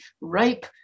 ripe